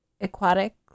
Aquatic